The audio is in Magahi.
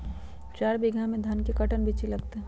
चार बीघा में धन के कर्टन बिच्ची लगतै?